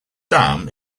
dam